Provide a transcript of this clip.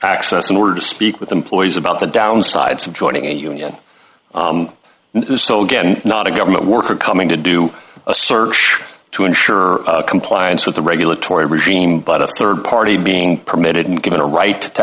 access in order to speak with employees about the downsides of joining a union so again not a government worker coming to do do a search to ensure compliance with the regulatory regime but a rd party being permitted and given a right to